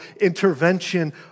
intervention